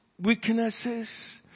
weaknesses